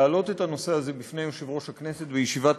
להעלות את הנושא הזה לפני יושב-ראש הכנסת בישיבת